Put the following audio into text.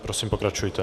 Prosím, pokračujte.